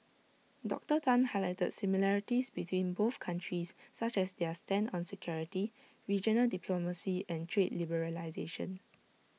Doctor Tan highlighted similarities between both countries such as their stand on security regional diplomacy and trade liberalisation